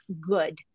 good